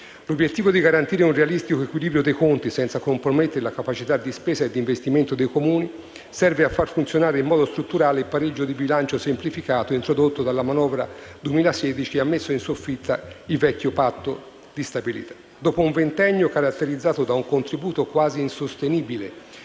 L'obiettivo di garantire un realistico equilibrio dei conti senza compromettere la capacità di spesa e di investimento dei Comuni serve a far funzionare in modo strutturale il pareggio di bilancio "semplificato" introdotto dalla manovra 2016 che ha messo in soffitta il vecchio Patto di stabilità. Dopo un ventennio caratterizzato da un contributo quasi insostenibile